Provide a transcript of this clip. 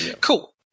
cool